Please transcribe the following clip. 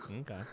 Okay